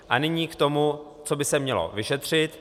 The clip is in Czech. A nyní k tomu, co by se mělo vyšetřit.